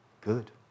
Good